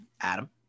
Adam